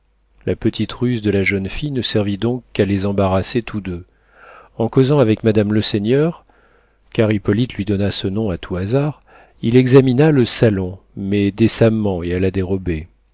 la petite ruse de la jeune fille ne servit donc qu'à les embarrasser tous deux en causant avec madame leseigneur car hippolyte lui donna ce nom à tout hasard il examina le salon mais décemment et à la dérobée